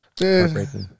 Heartbreaking